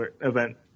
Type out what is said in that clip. event